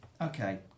Okay